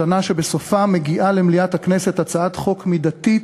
שנה שבסופה מגיעה למליאת הכנסת הצעת חוק מידתית,